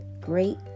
great